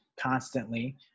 constantly